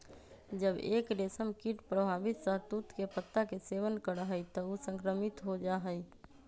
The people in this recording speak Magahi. जब एक रेशमकीट प्रभावित शहतूत के पत्ता के सेवन करा हई त ऊ संक्रमित हो जा हई